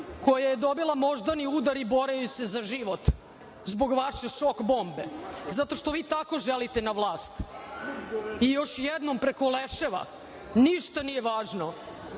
koje je dobila moždani udar i bore joj se za život zbog vaše šok bombe zato što vi tako želite na vlast i još jednom – preko leševa, ništa nije važno. Šta